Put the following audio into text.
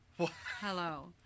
hello